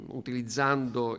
utilizzando